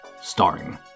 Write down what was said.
Starring